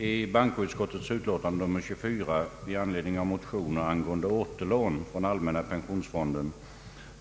I bankoutskottets utlåtande nr 24 behandlas motioner angående återlån från allmänna pensionsfonden.